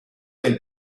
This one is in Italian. del